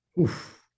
Oof